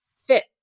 fit